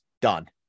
done